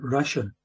Russian